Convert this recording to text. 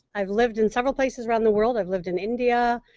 i've lived in several places around the world. i've lived in india,